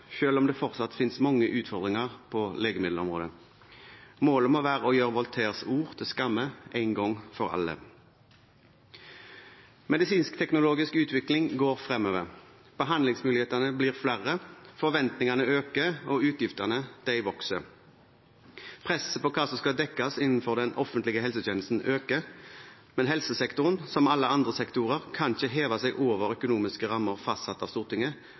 om det fortsatt finnes mange utfordringer på legemiddelområdet. Målet må være å gjøre Voltaires ord til skamme en gang for alle. Medisinsk-teknologisk utvikling går fremover. Behandlingsmulighetene blir flere, forventningene øker og utgiftene vokser. Presset på hva som skal dekkes innenfor den offentlige helsetjenesten, øker, men helsesektoren, som alle andre sektorer, kan ikke heve seg over økonomiske rammer fastsatt av Stortinget